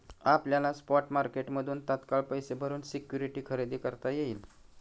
आपल्याला स्पॉट मार्केटमधून तात्काळ पैसे भरून सिक्युरिटी खरेदी करता येईल